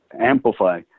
amplify